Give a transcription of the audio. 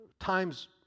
times